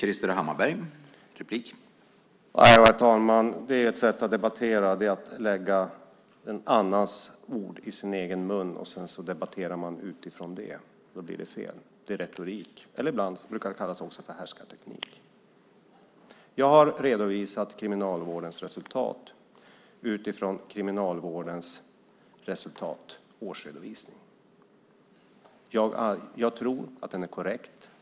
Herr talman! Ett sätt att debattera är att lägga någon annans ord i sin egen mun och sedan debattera utifrån det. Då blir det fel. Det är retorik, ibland brukar det också kallas för härskarteknik. Jag har redovisat Kriminalvårdens resultat utifrån Kriminalvårdens årsredovisning. Jag tror att den är korrekt.